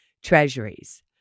Treasuries